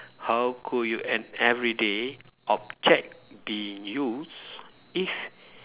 how could you an everyday object be used if